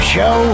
Show